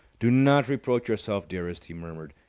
do not reproach yourself, dearest, he murmured.